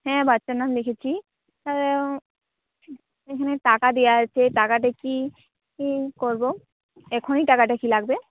হ্যাঁ বাচ্চার নাম লিখেছি এখানে টাকা দেওয়া আছে টাকাটা কি কি করবো এখনই টাকাটা কি লাগবে